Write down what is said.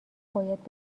باید